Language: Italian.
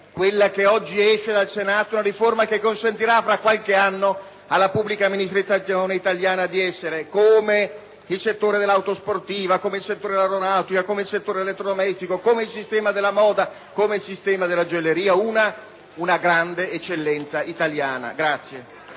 quella che oggi esce dal Senato è una riforma che consentirà fra qualche anno alla pubblica amministrazione italiana di essere, come il settore dell'auto sportiva, come quello dell'aeronautica, come quello dell'elettrodomestico, come il sistema della moda, come il sistema della gioielleria, una grande eccellenza italiana.